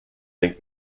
link